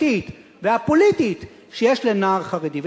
החברתית והפוליטית שיש לנער חרדי.